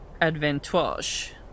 Advantage